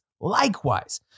Likewise